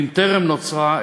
ואם טרם נוצרה,